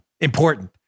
important